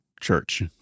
church